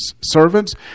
servants